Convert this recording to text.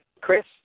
Chris